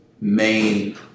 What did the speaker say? main